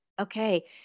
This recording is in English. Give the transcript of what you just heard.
okay